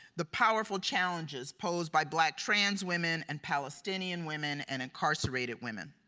the powerful challenges posed by black trans women and palestinian women and incarcerated women.